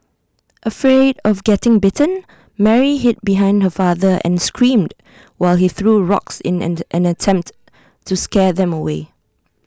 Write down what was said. afraid of getting bitten Mary hid behind her father and screamed while he threw rocks in an attempt to scare them away